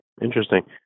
Interesting